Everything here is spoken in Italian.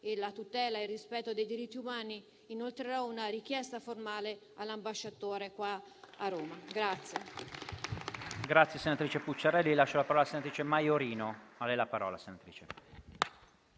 per la tutela e il rispetto dei diritti umani, inoltrerò una richiesta formale all'ambasciatore.